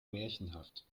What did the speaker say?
märchenhaft